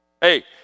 Hey